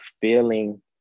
feeling